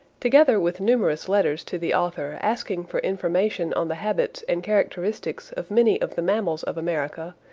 together with numerous letters to the author asking for information on the habits and characteristics of many of the mammals of america,